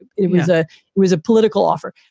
it it was a was a political offer.